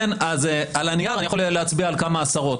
אז על הנייר אני יכול להצביע על כמה עשרות.